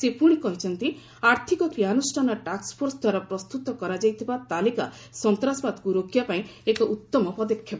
ସେ ପୁଶି କହିଛନ୍ତି ଆର୍ଥିକ କ୍ରିୟାନୁଷ୍ଠାନ ଟାସ୍କଫୋର୍ସଦ୍ୱାରା ପ୍ରସ୍ତୁତ କରାଯାଇଥିବା ତାଲିକା ସନ୍ତାସବାଦକୁ ରୋକିବାପାଇଁ ଏକ ଉତ୍ତମ ପଦକ୍ଷେପ